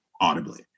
audibly